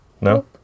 No